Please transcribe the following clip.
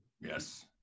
Yes